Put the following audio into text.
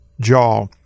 jaw